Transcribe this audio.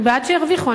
אני בעד שירוויחו,